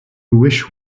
wish